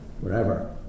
wherever